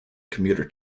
commuter